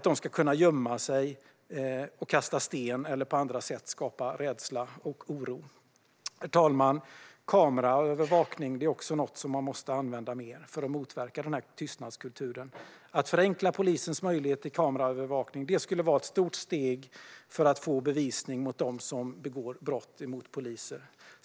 De ska inte kunna gömma sig och kasta sten eller på andra sätt skapa rädsla och oro. Herr talman! Kameraövervakning är också något som man måste använda mer för att motverka tystnadskulturen. Att förenkla polisens möjlighet till kameraövervakning skulle vara ett stort steg för att få bevisning mot dem som begår brott mot poliser.